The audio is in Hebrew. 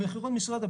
במחירון משרד הבריאות.